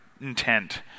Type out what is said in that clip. intent